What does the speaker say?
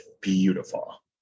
beautiful